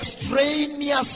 extraneous